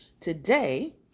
Today